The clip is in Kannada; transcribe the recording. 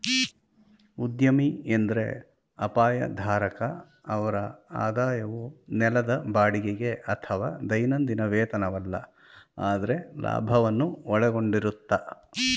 ಉದ್ಯಮಿ ಎಂದ್ರೆ ಅಪಾಯ ಧಾರಕ ಅವ್ರ ಆದಾಯವು ನೆಲದ ಬಾಡಿಗೆಗೆ ಅಥವಾ ದೈನಂದಿನ ವೇತನವಲ್ಲ ಆದ್ರೆ ಲಾಭವನ್ನು ಒಳಗೊಂಡಿರುತ್ತೆ